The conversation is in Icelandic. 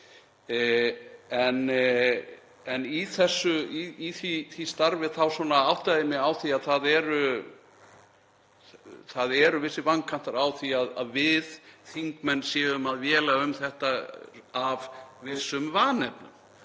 En í því starfi áttaði ég mig á því að það eru vissir vankantar á því að við þingmenn séum að véla um þetta af vissum vanefnum.